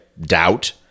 doubt